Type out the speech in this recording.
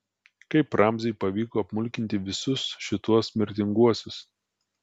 kaip ramziui pavyko apmulkinti visus šituos mirtinguosius